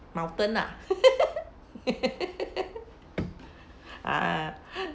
mountain lah ah